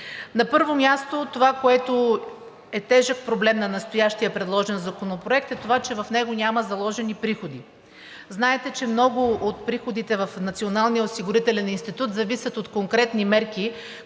На първо място, това, което е тежък проблем на настоящия предложен законопроект, е, че в него няма заложени приходи. Знаете, че много от приходите в Националния